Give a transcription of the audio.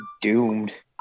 doomed